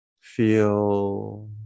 feel